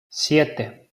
siete